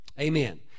Amen